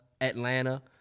Atlanta